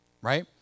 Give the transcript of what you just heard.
Right